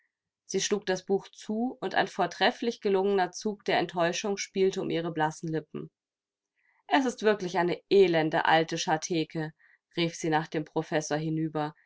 sie schlug das buch zu und ein vortrefflich gelungener zug der enttäuschung spielte um ihre blassen lippen es ist wirklich eine elende alte scharteke rief sie nach dem professor hinüber